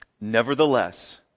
Nevertheless